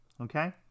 Okay